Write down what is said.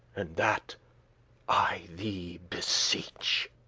and that i thee beseech.